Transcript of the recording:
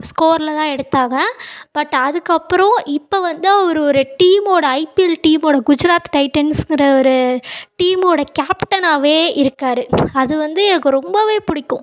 ஸ்கோரில்தான் எடுத்தாங்க பட் அதுக்கப்புறம் இப்போ வந்து அவர் ஒரு டீம்மோடய ஐபிஎல் டீம்மோடய குஜராத் டைடென்ஸுங்கிற ஒரு டீம்மோட கேப்டனாவே இருக்கார் அது வந்து எனக்கு ரொம்பவே பிடிக்கும்